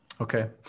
okay